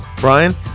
Brian